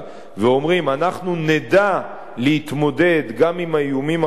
ואומרים: אנחנו נדע להתמודד גם עם האיומים החדשים